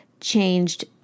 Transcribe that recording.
changed